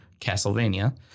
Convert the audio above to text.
castlevania